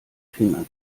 finger